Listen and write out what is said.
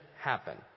happen